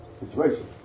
Situation